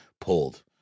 pulled